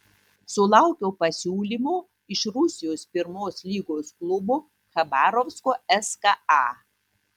sulaukiau pasiūlymo iš rusijos pirmos lygos klubo chabarovsko ska